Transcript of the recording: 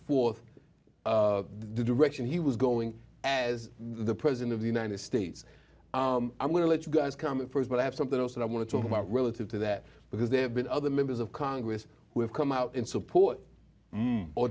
forth the direction he was going as the president of the united states i'm going to let you guys come in st but i have something else that i want to talk about relative to that because they have been other members of congress who have come out in support